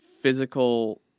physical